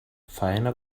faena